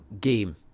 game